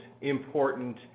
important